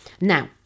now